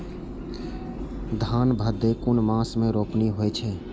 धान भदेय कुन मास में रोपनी होय छै?